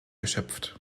erschöpft